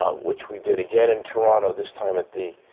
ah which we did again in toronto, this time at the